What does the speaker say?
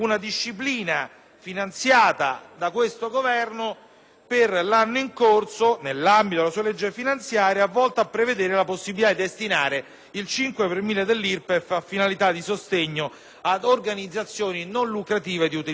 per l'anno in corso, nell'ambito della sua legge finanziaria, volta a prevedere la possibilità di destinare il 5 per mille dell'IRPEF a finalità di sostegno delle organizzazioni non lucrative di utilità sociale. È evidente che questo argomento non interessa